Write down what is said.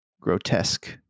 grotesque